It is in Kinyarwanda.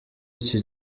iki